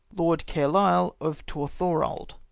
lord cairlyle of torthorald.